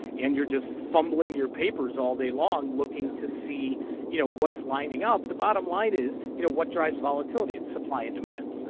and you're just fumbling your papers all day long looking to see you know what's lining up. the bottom line is, you know what drives volatility. volatility. it's supply and demand.